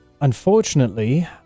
Unfortunately